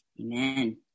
Amen